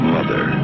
Mother